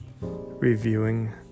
reviewing